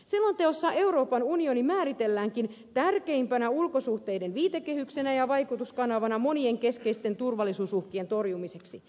selonteossa euroopan unioni määritelläänkin tärkeimpänä ulkosuhteiden viitekehyksenä ja vaikutuskanavana monien keskeisten turvallisuusuhkien torjumiseksi